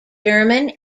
german